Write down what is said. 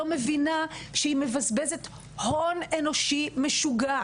לא מבינה שהיא מבזבזת הון אנושי משוגע,